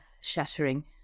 shattering